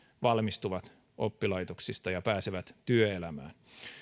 valmistuvat oppilaitoksista ja pääsevät työelämään